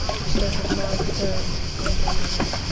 which they have now turn'd to a nunnery.